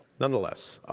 nonetheless,